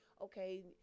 okay